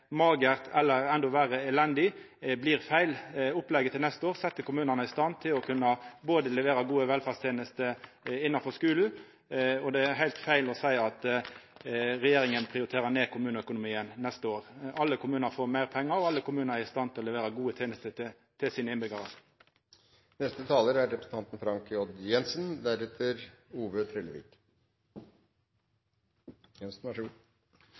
magert, eller endå verre: elendig, blir feil. Opplegget for neste år set kommunane i stand til å kunna levera gode velferdstenester innanfor skule, og det er heilt feil å seia at regjeringa nedprioriterer kommuneøkonomien for neste år. Alle kommunar får meir pengar, og alle kommunar er i stand til å levera gode tenester til innbyggjarane sine. La meg først skrive under på ordene fra lederen av kommunal- og forvaltningskomiteen, Njåstad, om at kommuneopplegget for neste år er